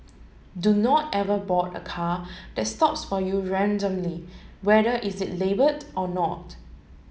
do not ever board a car that stops for you randomly whether is it labelled or not